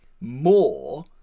more